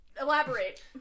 Elaborate